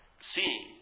Seeing